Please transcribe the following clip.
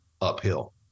uphill